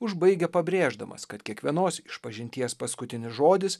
užbaigia pabrėždamas kad kiekvienos išpažinties paskutinis žodis